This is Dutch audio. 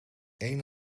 eén